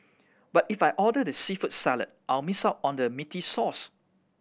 but if I order the seafood salad I'll miss out on the meaty sauce